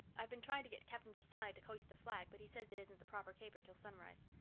i've been trying to get captain josiah to hoist the flag but he says it isn't the proper caper till sunrise.